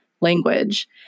language